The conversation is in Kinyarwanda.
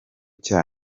cya